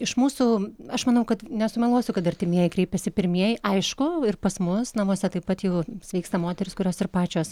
iš mūsų aš manau kad nesumeluosiu kad artimieji kreipiasi pirmieji aišku ir pas mus namuose taip pat jeigu sveiksta moteris kurios ir pačios